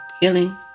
healing